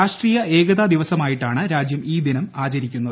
രാഷ്ട്രീയ ഏകതാ ദിവസമായിട്ടാണ് രാജ്യം ഈ ദിനം ആചരിക്കുന്നത്